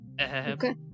Okay